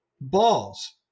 Balls